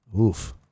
Oof